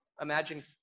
imagine